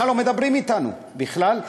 בכלל לא מדברים אתנו ומביאים,